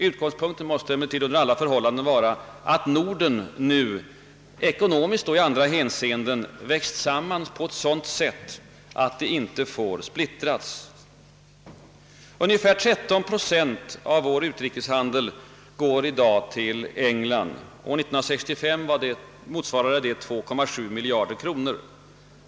Utgångspunkten måste emellertid under alla förhållanden vara att Norden nu ekonomiskt och i andra hänseenden växt samman på ett sådant sätt att en splittring inte får ske. Ungefär 13 procent av vår utrikeshandel går i dag till England. År 1965 motsvarade detta 2,7 miljarder kronor.